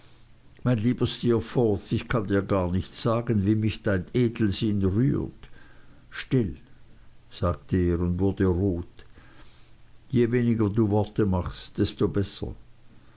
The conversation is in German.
mein lieber steerforth ich kann dir gar nicht sagen wie mich dein edelsinn rührt still sagte er und wurde rot je weniger du worte machst desto besser